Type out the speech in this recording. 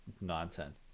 nonsense